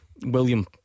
William